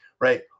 right